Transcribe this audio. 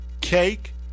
cake